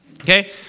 Okay